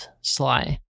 Sly